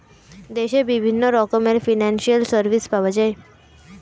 দেশে বিভিন্ন রকমের ফিনান্সিয়াল সার্ভিস পাওয়া যায়